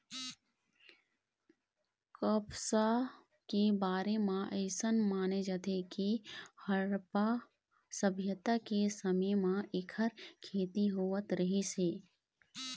कपसा के बारे म अइसन माने जाथे के हड़प्पा सभ्यता के समे म एखर खेती होवत रहिस हे